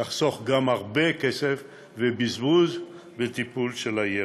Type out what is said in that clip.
יחסוך גם הרבה כסף ובזבוז בטיפול בילד.